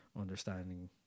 understanding